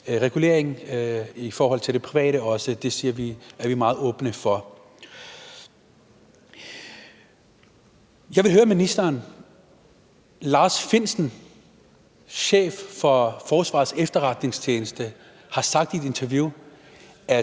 reguleringen også i forhold til det private. Det er vi meget åbne over for. Jeg vil høre ministeren: Lars Findsen, chef for Forsvarets Efterretningstjeneste, har sagt i et interview, at